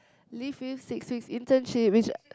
live with six weeks internship which